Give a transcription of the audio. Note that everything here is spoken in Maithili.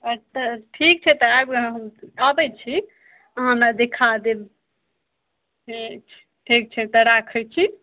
ओ तऽ ठीक छै तऽ आबि गेल हम आबै छी अहाँ हमरा देखा देब ठीक छै ठीक छै तऽ राखै छी